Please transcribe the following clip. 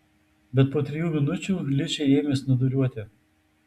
bet po trijų minučių ližė ėmė snūduriuoti